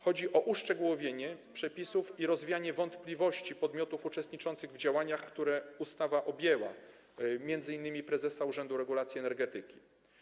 Chodzi o uszczegółowienie przepisów i rozwianie wątpliwości podmiotów uczestniczących w działaniach, które ustawa objęła, m.in. prezesa Urzędu Regulacji Energetyki.